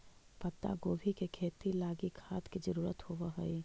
पत्तागोभी के खेती लागी खाद के जरूरत होब हई